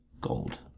Gold